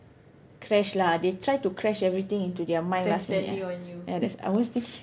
crash lah they try to crash everything into their mind after that ya that's I was thinking